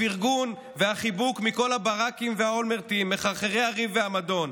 לפרגון והחיבוק מכל הברקים והאולמרטים מחרחרי הריב והמדון.